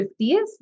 50s